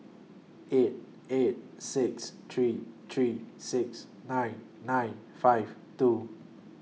eight eight six three three six nine nine five two